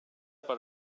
per